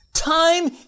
Time